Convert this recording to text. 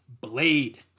Blade